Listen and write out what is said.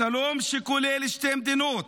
השלום, שכולל שתי מדינות